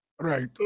right